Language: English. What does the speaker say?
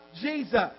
Jesus